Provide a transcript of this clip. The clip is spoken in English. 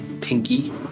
pinky